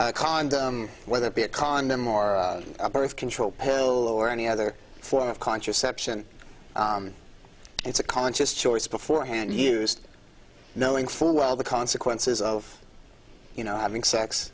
e condom whether it be a condom or a birth control pill or any other form of contraception it's a conscious choice beforehand use knowing full well the consequences of you know having sex